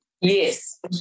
Yes